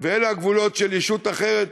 ואלה הגבולות של ישות אחרת,